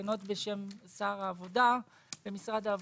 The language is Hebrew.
תקנות בשם שר העבודה במשרד העבודה,